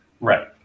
Right